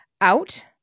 Out